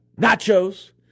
nachos